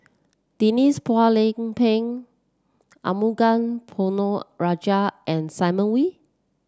Denise Phua Lay Peng Arumugam Ponnu Rajah and Simon Wee